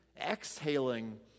exhaling